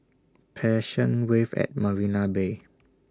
Passion Wave At Marina Bay